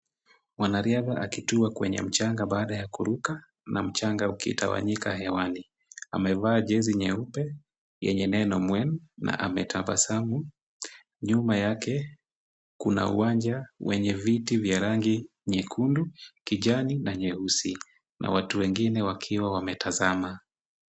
Mwanariadha akitua kwenye mchanga baada ya kuruka na mchanga ukitawanyika hewani. Amevaa jezi nyeupe yenye neno Mwe na ametabasamu. Nyuma yake kuna uwanja wenye viti vya rangi nyekundu, kijani na nyeusi na watu wengine wakiwa wametazama.